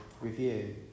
review